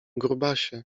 grubasie